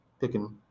picking